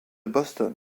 boston